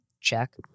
check